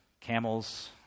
camel's